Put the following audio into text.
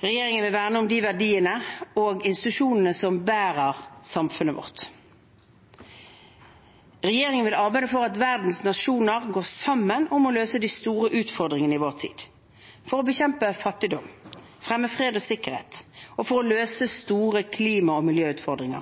Regjeringen vil verne om de verdiene og institusjonene som bærer samfunnet vårt. Regjeringen vil arbeide for at verdens nasjoner går sammen om å løse de store utfordringene i vår tid: å bekjempe fattigdom, fremme fred og sikkerhet og løse store klima- og miljøutfordringer.